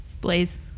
Blaze